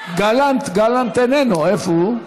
גלנט איננו, איפה הוא?